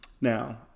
Now